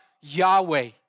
Yahweh